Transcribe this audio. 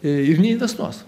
ir nei kas nors